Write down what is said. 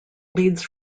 leads